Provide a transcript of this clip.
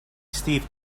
steve